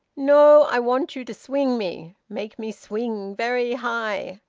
no! i want you to swing me. make me swing very high.